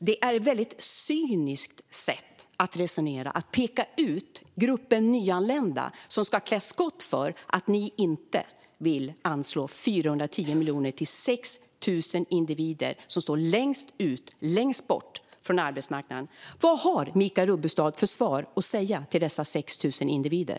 Det är ett cyniskt sätt att resonera att peka ut gruppen nyanlända, som ska klä skott för att ni inte vill anslå 410 miljoner till 6 000 individer som står längst ut, längst bort, från arbetsmarknaden. Vad har Michael Rubbestad för svar till dessa 6 000 individer?